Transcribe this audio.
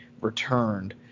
returned